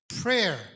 Prayer